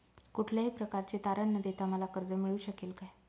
कुठल्याही प्रकारचे तारण न देता मला कर्ज मिळू शकेल काय?